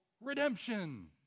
redemption